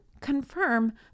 confirm